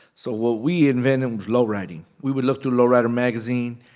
so what we invented was lowriding. we would look through lowrider magazine,